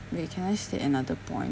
wait can I state another point